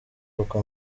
kuko